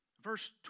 Verse